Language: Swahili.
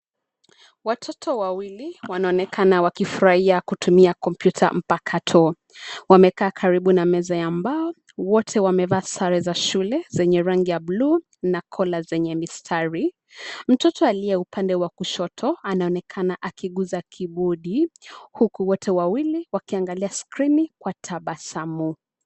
Watoto wawili wanaonekana wakifurahia kutumia kompyuta mpakato, wamekaa karibu na meza ya mbao, wote wamevaa sare za shule zenye rangi ya bluu na kola zenye mistari. Mtoto aliye upande wa kushoto anaonekana akiguza kibodi huku wote wawili wakiangalia skrini kwa tabasamu.